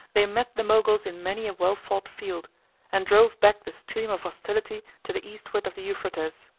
they met the moguls in many a well-fought field and drove back the stream of hostility to the eastward of the euphrates.